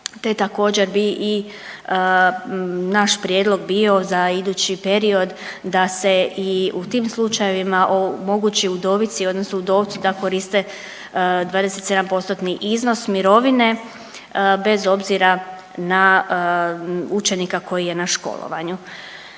također bi i naš prijedlog bio za idući period da se i u tim slučajevima omogući udovici odnosno udovcu da koriste 27-postotni iznos mirovine bez obzira na učenika koji je na školovanju.